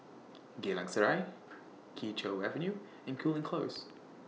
Geylang Serai Kee Choe Avenue and Cooling Close